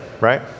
right